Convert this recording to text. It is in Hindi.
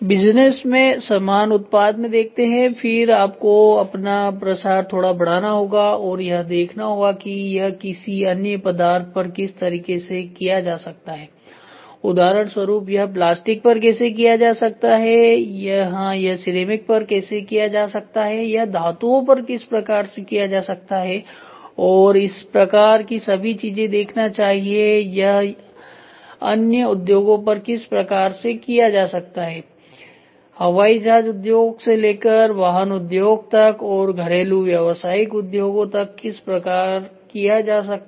बिजनेस में समान उत्पाद में देखते हैं फिर आपको अपना प्रसार थोड़ा बढ़ाना होगा और यह देखना होगा कि यह किसी अन्य पदार्थ पर किस तरीके से किया जा सकता है उदाहरण स्वरुप यह प्लास्टिक पर कैसे किया जा सकता है यहां यह सिरेमिक पर कैसे किया जा सकता है यह धातुओं पर किस प्रकार किया जा सकता है और इस प्रकार की सभी चीजें देखना चाहिए यह अन्य उद्योगों पर किस प्रकार से किया जा सकता है हवाई जहाज उद्योग से लेकर वाहन उद्योग तक और घरेलू से व्यवसायिक उद्योगों तक किस प्रकार किया जा सकता है